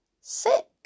sick